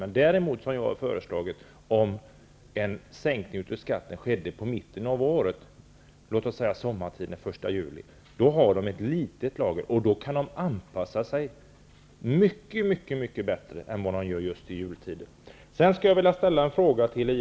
Om det däremot, som jag har föreslagit, skedde en sänkning av skatten i mitten av året, t.ex. på sommaren, från den 1 juli då de har små lager, kunde de anpassa sig mycket bättre än i jultider.